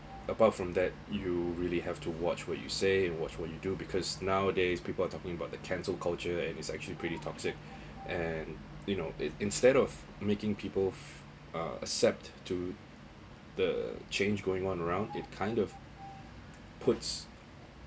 apart from that you really have to watch what you say watch would you do because nowadays people are talking about the cancelled culture and it's actually pretty toxic and you know instead of making people's uh accept to the change going on round it kind of puts